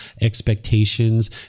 expectations